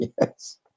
Yes